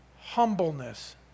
humbleness